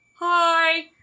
hi